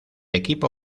equipo